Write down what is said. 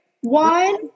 one